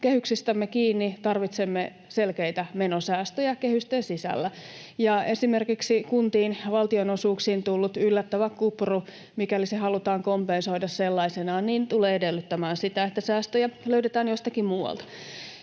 kehyksistämme kiinni, tarvitsemme selkeitä menosäästöjä kehysten sisällä. Esimerkiksi kuntien valtionosuuksiin on tullut yllättävä kupru. Mikäli se halutaan kompensoida sellaisenaan, niin se tulee edellyttämään sitä, että säästöjä löydetään jostakin muualta.